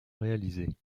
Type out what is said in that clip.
réalisées